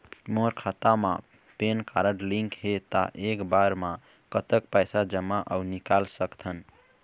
मोर खाता मा PAN card link हे ता एक बार मा कतक पैसा जमा अऊ निकाल सकथन?